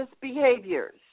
behaviors